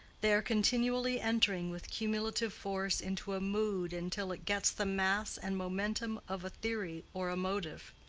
they are continually entering with cumulative force into a mood until it gets the mass and momentum of a theory or a motive.